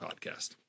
podcast